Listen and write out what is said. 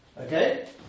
Okay